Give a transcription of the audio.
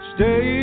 Stay